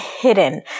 hidden